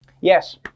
Yes